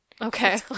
Okay